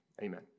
Amen